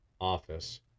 office